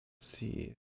see